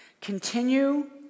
Continue